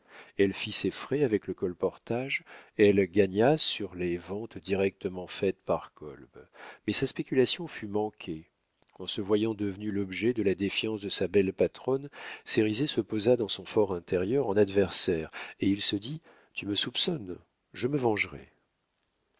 elle fit ses frais avec le colportage elle gagna sur les ventes directement faites par kolb mais sa spéculation fut manquée en se voyant devenu l'objet de la défiance de sa belle patronne cérizet se posa dans son for intérieur en adversaire et il se dit tu me soupçonnes je me vengerai